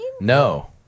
No